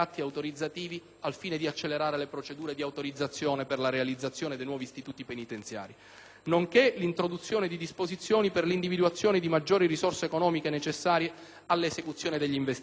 al fine di accelerare le procedure per la realizzazione dei nuovi istituti penitenziari, nonché l'introduzione di disposizioni per l'individuazione di maggiori risorse economiche necessarie all'esecuzione dei medesimi investimenti.